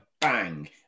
bang